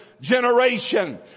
generation